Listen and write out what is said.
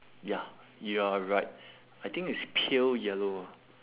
ya you are right I think it's pale yellow